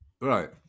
Right